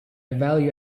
value